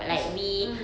cause mm